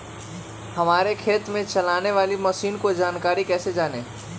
हमारे खेत में चलाने वाली मशीन की जानकारी कैसे जाने?